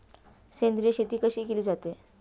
सेंद्रिय शेती कशी केली जाते?